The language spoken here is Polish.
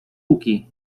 łuki